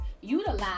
utilize